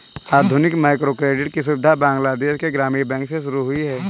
आधुनिक माइक्रोक्रेडिट की सुविधा बांग्लादेश के ग्रामीण बैंक से शुरू हुई है